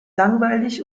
langweilig